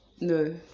No